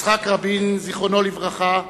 יצחק רבין, זיכרונו לברכה,